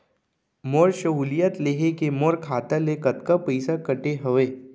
मोर सहुलियत लेहे के मोर खाता ले कतका पइसा कटे हवये?